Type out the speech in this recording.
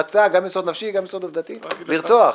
רצה לרצוח,